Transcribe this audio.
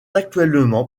actuellement